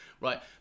Right